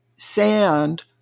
sand